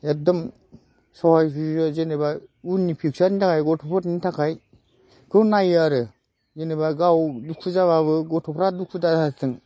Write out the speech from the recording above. एदम सहाय जुजिबाय जेनोबा उननि फिउसारनि थाखाय गथ'फोरनि थाखाय बेखौ नायो आरो जेनोबा गाव दुखु जाब्लाबो गथ'फ्रा दुखु दाजाथों